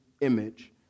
image